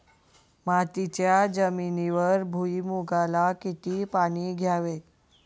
मातीच्या जमिनीवर भुईमूगाला किती पाणी द्यावे?